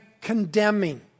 condemning